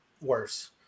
worse